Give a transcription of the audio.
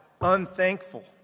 unthankful